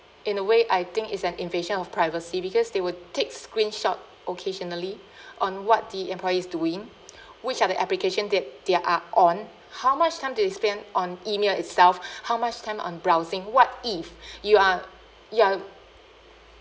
in a way I think it's an invasion of privacy because they would take screenshot occasionally on what the employee's doing which are the application that there are on how much time do they spend on email itself how much time on browsing what if you are you're